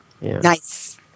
Nice